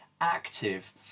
active